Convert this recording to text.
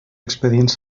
expedients